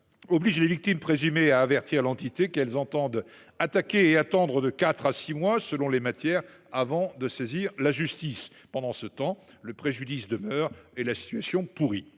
oblige les victimes présumées à avertir l’entité qu’elles entendent attaquer et à attendre de quatre à six mois, selon les matières, avant de saisir la justice. Pendant ce temps, le préjudice demeure et la situation pourrit.